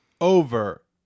over